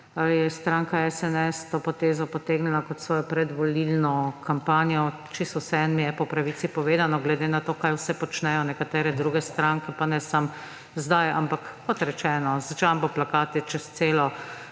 je stranka SNS to potezo potegnila kot svojo predvolilno kampanjo. Čisto vseeno mi je, po pravici povedano, glede na to, kaj vse počnejo nekatere druge stranke. Pa ne samo zdaj, ampak kot rečeno z jumbo plakati čez celo